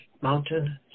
mountain